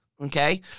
Okay